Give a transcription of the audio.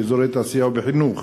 באזורי תעשייה ובחינוך.